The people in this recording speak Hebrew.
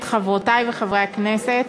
חברותי וחברי הכנסת,